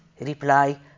reply